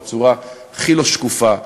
בצורה הכי לא שקופה,